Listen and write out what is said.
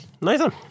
Nathan